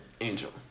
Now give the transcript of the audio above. Angel